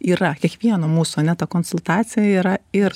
yra kiekvieno mūsų ane ta konsultacija yra ir